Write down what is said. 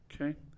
Okay